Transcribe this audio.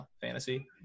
Fantasy